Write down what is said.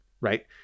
Right